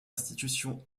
institutions